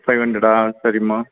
five ஹண்ட்ரெடா சரிம்மா